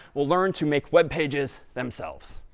we'll learn to make web pages themselves.